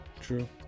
true